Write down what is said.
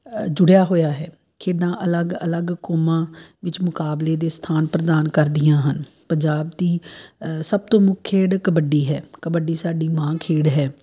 ਜੁੜਿਆ ਹੋਇਆ ਹੈ ਖੇਡਾਂ ਅਲੱਗ ਅਲੱਗ ਕੌਮਾਂ ਵਿੱਚ ਮੁਕਾਬਲੇ ਦੇ ਸਥਾਨ ਪ੍ਰਦਾਨ ਕਰਦੀਆਂ ਹਨ ਪੰਜਾਬ ਦੀ ਸਭ ਤੋਂ ਮੁੱਖ ਖੇਡ ਕਬੱਡੀ ਹੈ ਕਬੱਡੀ ਸਾਡੀ ਮਾਂ ਖੇਡ ਹੈ